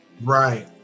Right